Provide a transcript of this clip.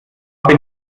bin